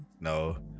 no